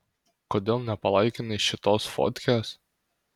kodėl nepalaikinai šitos fotkės